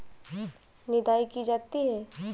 निदाई की जाती है?